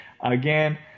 again